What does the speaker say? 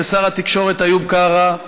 לשר התקשורת איוב קרא,